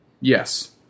Yes